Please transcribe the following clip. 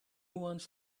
wants